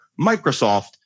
Microsoft